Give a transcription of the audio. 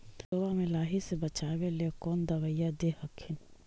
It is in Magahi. सरसोबा मे लाहि से बाचबे ले कौन दबइया दे हखिन?